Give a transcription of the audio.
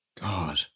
God